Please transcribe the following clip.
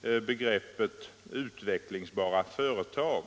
svaret styras över till utvecklingsbara företag.